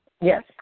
Yes